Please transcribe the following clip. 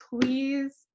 please